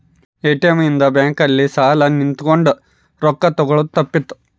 ATM ಇಂದ bank ಅಲ್ಲಿ ಸಾಲ್ ನಿಂತ್ಕೊಂಡ್ ರೊಕ್ಕ ತೆಕ್ಕೊಳೊದು ತಪ್ಪುತ್ತ